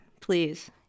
please